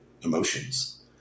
emotions